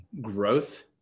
growth